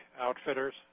Outfitters